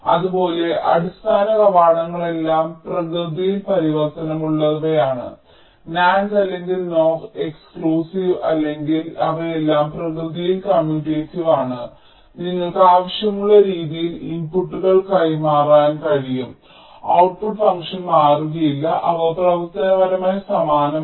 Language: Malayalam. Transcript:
അതുപോലെ അടിസ്ഥാന കവാടങ്ങളെല്ലാം പ്രകൃതിയിൽ പരിവർത്തനമുള്ളവയാണ് NAND അല്ലെങ്കിൽ NOR എക്സ്ക്ലൂസീവ് അല്ലെങ്കിൽ അവയെല്ലാം പ്രകൃതിയിൽ കമ്മ്യൂട്ടേറ്റീവ് ആണ് നിങ്ങൾക്ക് ആവശ്യമുള്ള രീതിയിൽ ഇൻപുട്ടുകൾ കൈമാറാൻ കഴിയും ഔട്ട്പുട്ട് ഫംഗ്ഷൻ മാറുകയില്ല അവ പ്രവർത്തനപരമായി സമാനമാണ്